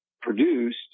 produced